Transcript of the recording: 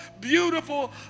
beautiful